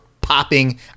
popping